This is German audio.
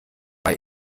bei